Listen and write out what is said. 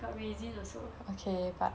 got raisin also